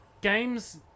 Games